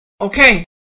Okay